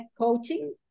coaching